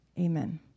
Amen